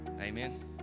Amen